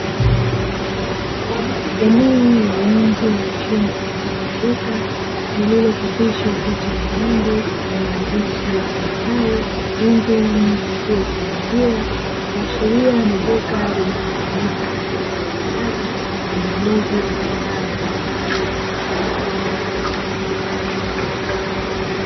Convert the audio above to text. Eneo la nje ya chumba mfano wa duka lililochapishwa picha ya ng'ombe na maandishi yasomekayo emvemu kituo cha maziwa kuashiria ni duka linalotumika kwa ajili ya uuzaji na ununuzi wa bidhaa mbalimbali za maziwa.